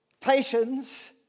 Patience